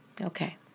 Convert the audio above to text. Okay